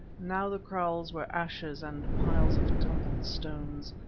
now the kraals were ashes and piles of tumbled stones,